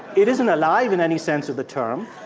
it isn't alive in any sense of the term.